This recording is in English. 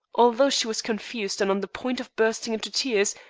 although she was confused and on the point of bursting into tears,